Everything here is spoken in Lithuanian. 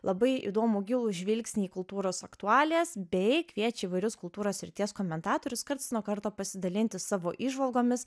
labai įdomų gilų žvilgsnį į kultūros aktualijas bei kviečia įvairius kultūros srities komentatorius karts nuo karto pasidalinti savo įžvalgomis